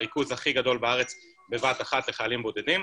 הריכוז הכי גדול בארץ בבת אחת לחיילים בודדים,